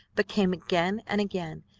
but came again and again,